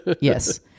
yes